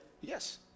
Yes